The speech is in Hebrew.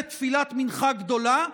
לתפילת מנחה גדולה,